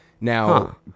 now